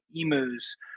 Emu's